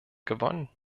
gewonnen